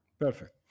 Perfect